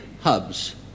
hubs